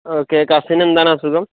okay കസിന് എന്താണ് അസുഖം